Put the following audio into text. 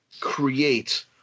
create